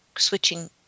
switching